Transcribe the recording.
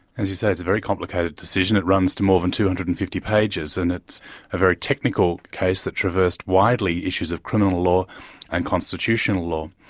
as you say, it's a very complicated decision, it runs more than two hundred and fifty pages, and it's a very technical case that's reversed widely issues of criminal law and constitutional law.